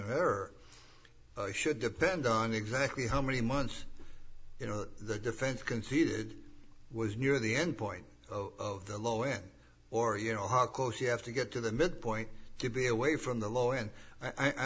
her should depend on exactly how many months you know the defense conceded was near the end point of the low end or you know how close you have to get to the midpoint to be away from the low end i